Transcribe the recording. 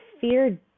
fear